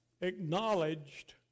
acknowledged